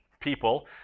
people